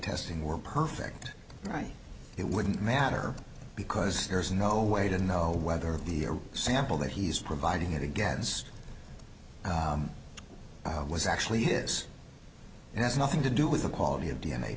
testing were perfect right it wouldn't matter because there's no way to know whether the sample that he's providing it against i was actually is it has nothing to do with the quality of d